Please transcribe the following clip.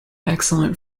excellent